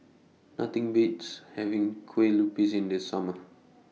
Nothing Beats having Kue Lupis in The Summer